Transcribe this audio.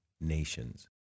nations